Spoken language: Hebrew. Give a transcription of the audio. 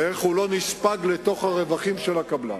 ואיך הוא לא נספג לתוך הרווחים של הקבלן.